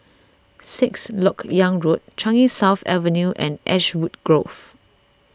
Sixth Lok Yang Road Changi South Avenue and Ashwood Grove